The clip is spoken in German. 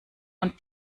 und